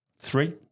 three